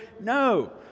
No